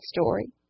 story